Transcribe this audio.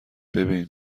ببین